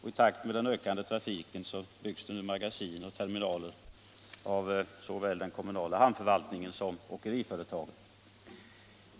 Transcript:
I takt med den ökande trafiken byggs nu magasin och terminaler ut av såväl den kommunala hamnförvaltningen som åkeriföretagen.